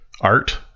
art